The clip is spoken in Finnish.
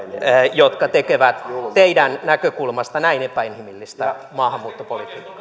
jotka tekevät teidän näkökulmastanne näin epäinhimillistä maahanmuuttopolitiikkaa